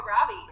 Robbie